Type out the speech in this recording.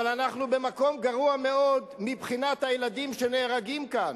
אבל אנחנו במקום גרוע מאוד מבחינת הילדים שנהרגים כאן.